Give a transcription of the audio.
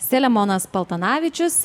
selemonas paltanavičius